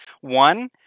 one